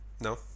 No